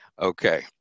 Okay